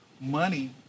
money